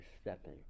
stepping